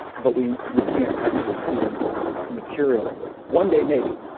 but we we can't actually see the material of it. one day maybe,